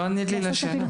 לא ענית לי על השאלה.